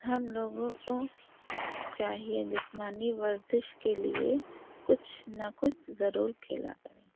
ہم لوگوں کو چاہیے جسمانی ورزش کے لیے کچھ نہ کچھ ضرور کھیلا کریں